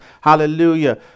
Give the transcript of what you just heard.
Hallelujah